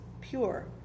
pure